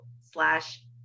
slash